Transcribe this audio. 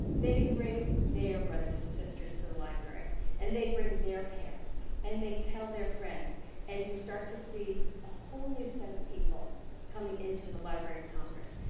they bring their brothers and sisters to the library and they bring their parents and they tell their friends and you start to see a whole new set of people coming into the library of congress.